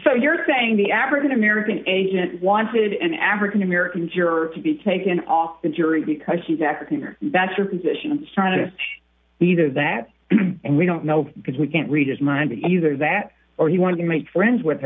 so you're saying the african american agent wanted an african american juror to be taken off the jury because she's acting or that's her position sternest either that and we don't know because we can't read his mind either that or he wanted to make friends with